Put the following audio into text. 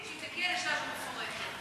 אף אחד לא יבטל תוכנית כשהיא תגיע לשלב המפורטת.